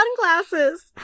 sunglasses